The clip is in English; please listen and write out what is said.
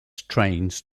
trains